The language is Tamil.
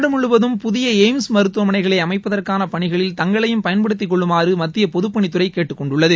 நாடு முழுவதும் புதிய எய்ம்ஸ் மருத்துவமனைகளை அமைப்பதற்கான பணிகளில் தங்களையும் பயன்படுத்தி கொள்ளுமாறு மத்திய பொதப்பணித்துறை கேட்டுக் கொண்டுள்ளது